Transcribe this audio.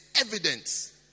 evidence